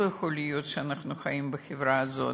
לא יכול להיות שאנחנו חיים בחברה הזאת,